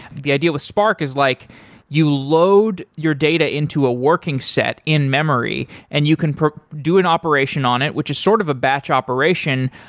the idea was spark is like you load your data into a working set in-memory and you can do an operation on it, which is sort of a batch operation,